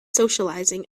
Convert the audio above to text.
socializing